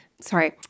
sorry